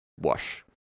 wash